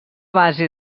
base